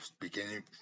beginning